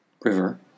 River